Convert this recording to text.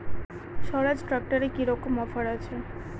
স্বরাজ ট্র্যাক্টরে কি রকম অফার আছে?